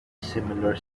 similar